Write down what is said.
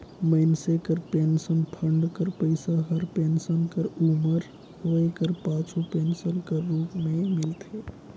मइनसे कर pension fund कर पइसा हर पेंसन कर उमर होए कर पाछू पेंसन कर रूप में मिलथे